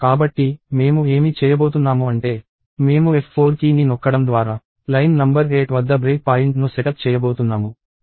కాబట్టి మేము ఏమి చేయబోతున్నాము అంటే మేము F4 కీ ని నొక్కడం ద్వారా లైన్ నంబర్ 8 వద్ద బ్రేక్ పాయింట్ను సెటప్ చేయబోతున్నాము